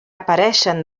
apareixen